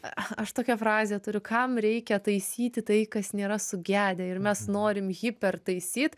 aš tokią frazę turiu kam reikia taisyti tai kas nėra sugedę ir mes norim hiper taisyt